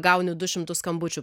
gauni du šimtus skambučių